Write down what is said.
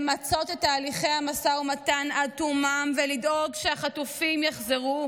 למצות את תהליכי המשא ומתן עד תומם ולדאוג שהחטופים יחזרו,